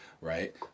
right